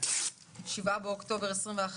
7 באוקטובר 2021,